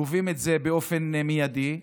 גובים אותו באופן מיידי,